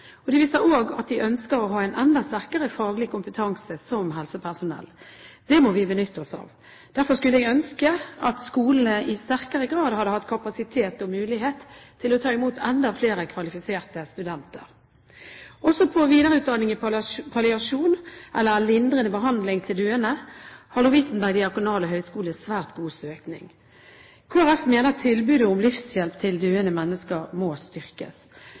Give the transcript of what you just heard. at de ønsker å ha en enda sterkere faglig kompetanse som helsepersonell. Det må vi benytte oss av. Derfor skulle jeg ønske at skolene i sterkere grad hadde hatt kapasitet og mulighet til å ta imot enda flere kvalifiserte studenter. Også på videreutdanning i palliasjon, eller lindrende behandling til døende, har Lovisenberg diakonale høgskole svært god søkning. Kristelig Folkeparti mener at tilbudet om livshjelp til døende mennesker må styrkes.